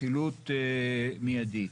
חילוט מיידי.